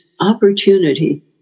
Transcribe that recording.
opportunity